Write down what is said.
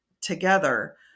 together